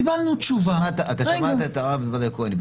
קיבלנו תשובה --- אתה שמעת את הרב זבדיה כהן.